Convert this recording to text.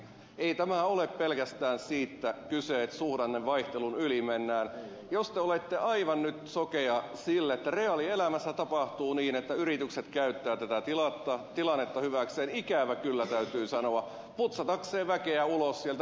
ei ole pelkästään siitä kyse että suhdannevaihtelun yli mennään jos te olette aivan nyt sokea sille että reaalielämässä tapahtuu niin että yritykset käyttävät tätä tilannetta hyväkseen ikävä kyllä täytyy sanoa putsatakseen väkeä ulos sieltä